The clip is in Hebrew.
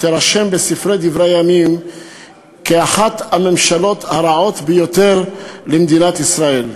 תירשם בספרי דברי הימים כאחת הממשלות הרעות ביותר למדינת ישראל.